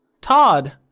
Todd